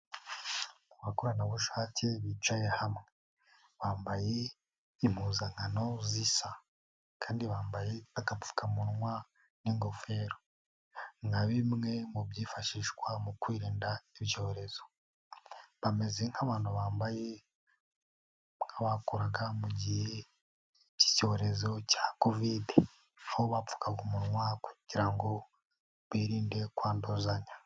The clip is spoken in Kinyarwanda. Abakoranabushake bicaye hamwe bambaye impuzankano zisa kandi bambaye agapfukamunwa n'ingofero nka bimwe mu byifashishwa mu kwirinda ibyorezo, bameze nk'abantu bambaye nk'abakoraga mu gihe k'icyorezo cya kovide, aho bapfukaga umunwa kugira ngo birinde kwanduzanya.